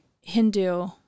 Hindu